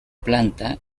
planta